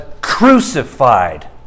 crucified